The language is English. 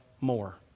more